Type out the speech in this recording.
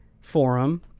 forum